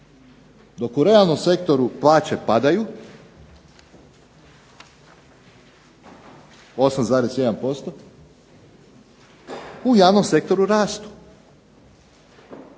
Dok u realnom sektoru plaće padaju 8,1%, u javnom sektoru rastu.